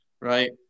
right